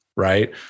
right